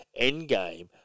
Endgame